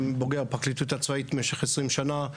אני בוגר הפרקליטות הצבאית במשך 20 שנה.